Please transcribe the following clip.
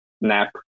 NAP